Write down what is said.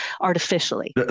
artificially